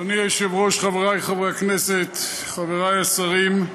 אדוני היושב-ראש, חבריי חברי הכנסת, חבריי השרים,